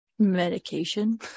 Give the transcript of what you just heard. medication